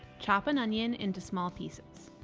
chop an onion into small pieces